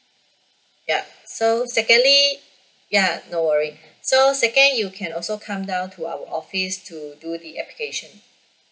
yup so secondly ya no worry so second you can also come down to our office to do the application